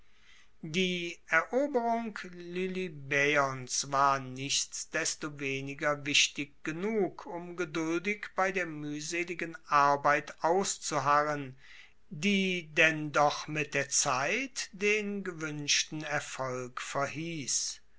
die eroberung lilybaeons war nichtsdestoweniger wichtig genug um geduldig bei der muehseligen arbeit auszuharren die denn doch mit der zeit der gewuenschten erfolg verhiess